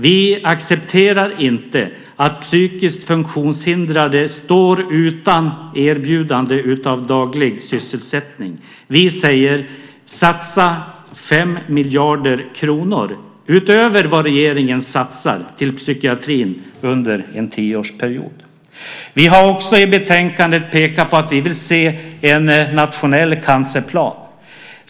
Vi accepterar inte att psykiskt funktionshindrade står utan erbjudande om daglig sysselsättning. Vi vill satsa 5 miljarder kronor utöver vad regeringen satsar till psykiatrin under en tioårsperiod. Vi har också i betänkandet pekat på att vi vill se en nationell cancerplan.